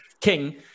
king